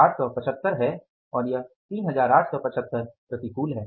3875 है और यह 3875 प्रतिकूल है